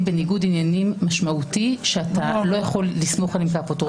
בניגוד עניינים משמעותי שאתה לא יכול לסמוך עליהם כאפוטרופסים.